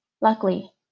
Luckily